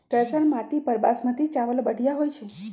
कैसन माटी पर बासमती चावल बढ़िया होई छई?